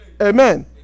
Amen